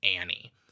Annie